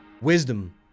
Wisdom